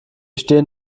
stehen